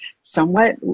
somewhat